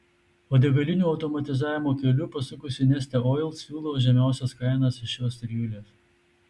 o degalinių automatizavimo keliu pasukusi neste oil siūlo žemiausias kainas iš šios trijulės